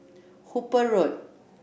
Hooper Road